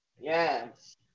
Yes